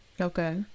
Okay